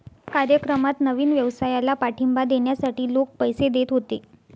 कार्यक्रमात नवीन व्यवसायाला पाठिंबा देण्यासाठी लोक पैसे देत होते